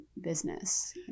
business